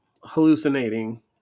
hallucinating